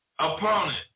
Opponent